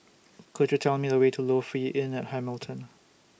Could YOU Tell Me The Way to Lofi Inn At Hamilton